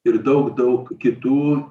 ir daug daug kitų